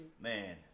Man